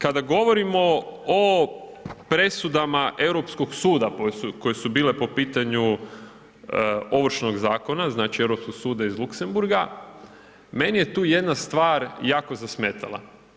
Kada govorimo o presudama Europskog suda koje su bile po pitanju Ovršnog zakona, znači Europskog suda iz Luxembourga, meni je tu jedna stvar jako zasmetala.